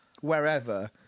wherever